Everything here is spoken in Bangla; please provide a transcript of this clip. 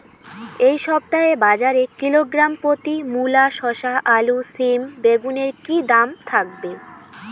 এই সপ্তাহে বাজারে কিলোগ্রাম প্রতি মূলা শসা আলু সিম বেগুনের কী দাম থাকবে?